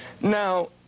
Now